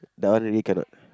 that one really cannot